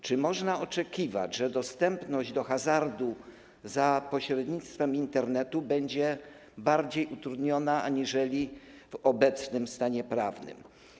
Czy można oczekiwać, że dostęp do hazardu za pośrednictwem Internetu będzie bardziej utrudniony aniżeli w obecnym stanie prawnym?